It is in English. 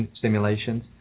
simulations